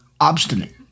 obstinate